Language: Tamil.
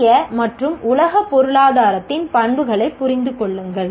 இந்திய மற்றும் உலக பொருளாதாரத்தின் பண்புகளை புரிந்து கொள்ளுங்கள்